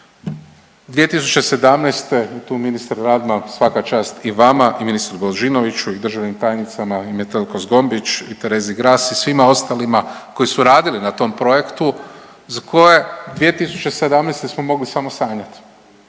2017. i tu ministar Radman svaka čast i vama i ministru Božinoviću i državnim tajnicama i Metelko Zgombić i Terezi Gras i svima ostalima koji su radili na tom projektu za koje 2017. smo mogli samo sanjati,